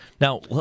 Now